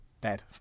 dead